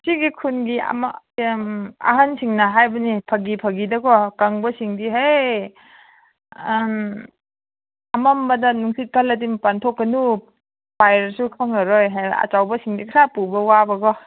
ꯁꯤꯒꯤ ꯈꯨꯟꯒꯤ ꯑꯃ ꯑꯍꯟꯁꯤꯡꯅ ꯍꯥꯏꯕꯅꯦ ꯐꯥꯒꯤ ꯐꯥꯒꯤꯗꯀꯣ ꯀꯪꯕꯁꯤꯡꯗꯤ ꯍꯦ ꯑꯃꯝꯕꯗ ꯅꯨꯡꯁꯤꯠ ꯀꯜꯂꯗꯤ ꯃꯄꯥꯟ ꯊꯣꯛꯀꯅꯨ ꯄꯥꯏꯔꯁꯨ ꯈꯪꯂꯔꯣꯏ ꯍꯥꯏꯕ ꯑꯆꯧꯕꯁꯤꯡꯗꯤ ꯈꯔ ꯄꯨꯕ ꯋꯥꯕꯀꯣ